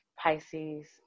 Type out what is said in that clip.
Pisces